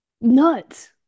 nuts